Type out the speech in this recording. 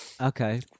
Okay